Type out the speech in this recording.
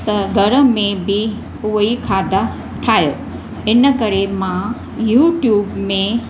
त घर में बि ऊंअईं खाधा ठाहियो इन करे मां यूट्यूब में